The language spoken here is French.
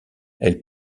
elles